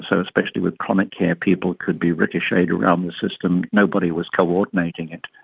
so especially with chronic care people could be ricocheted around the system, nobody was coordinating it.